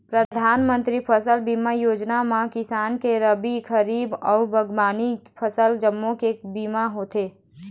परधानमंतरी फसल बीमा योजना म किसान के रबी, खरीफ अउ बागबामनी फसल जम्मो के बीमा होथे